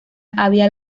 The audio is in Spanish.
había